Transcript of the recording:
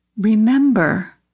remember